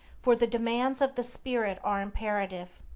for the demands of the spirit are imperative.